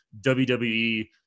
WWE